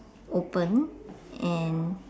open and